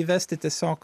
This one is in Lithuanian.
įvesti tiesiog